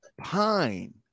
pine